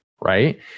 right